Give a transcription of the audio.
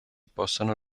possano